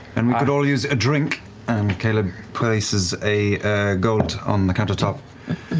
and we could all use a drink. and caleb places a gold on the countertop.